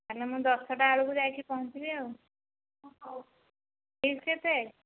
ତା'ହେଲେ ମୁଁ ଦଶଟା ବେଳକୁ ଯାଇକି ପହଞ୍ଚିବି ଆଉ ହଁ ହଉ ଫିସ କେତେ